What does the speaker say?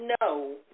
no